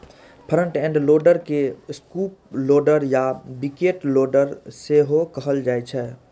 front end loader के scoop loader या bucket loader सेहो कहल जाइ छै